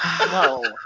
No